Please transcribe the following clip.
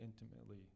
intimately